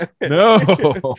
No